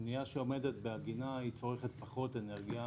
אנייה שעומדת בעגינה צורכת פחות אנרגיה